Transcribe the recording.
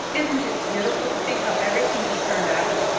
isn't it beautiful to think how everything has turned out.